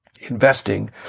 investing